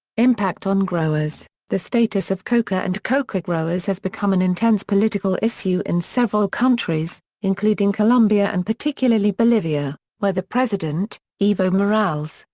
impact on growers the status of coca and coca growers has become an intense political issue in several countries, including colombia and particularly bolivia, where the president, evo morales,